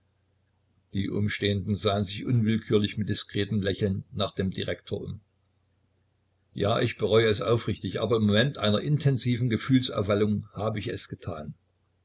die umstehenden sahen sich unwillkürlich mit diskretem lächeln nach dem direktor um ja ich bereue es aufrichtig aber im momente einer intensiven gefühlsaufwallung habe ich es getan